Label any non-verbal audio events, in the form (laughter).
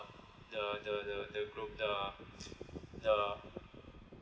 the the the the glo~ the (noise) the